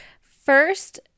first